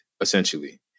essentially